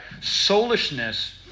soulishness